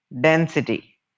density